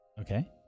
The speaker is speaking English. Okay